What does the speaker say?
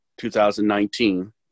2019